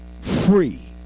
free